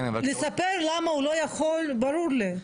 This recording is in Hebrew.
לספר למה הוא לא יכול, ברור לי.